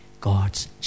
God's